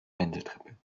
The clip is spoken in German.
wendeltreppe